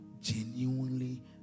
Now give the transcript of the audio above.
genuinely